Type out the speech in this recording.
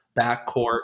backcourt